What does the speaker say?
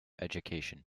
education